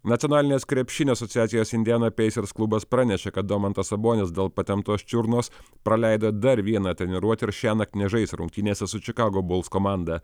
nacionalinės krepšinio asociacijos indiana peisers klubas pranešė kad domantas sabonis dėl patemptos čiurnos praleido dar vieną treniruotę ir šiąnakt nežais rungtynėse su čikago buls komanda